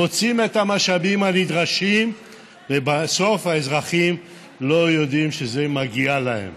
מוצאים את המשאבים הנדרשים ובסוף האזרחים לא יודעים שזה מגיע להם.